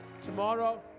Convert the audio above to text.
tomorrow